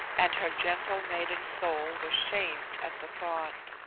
and her gentle maiden's soul was shamed at the thought.